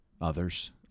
others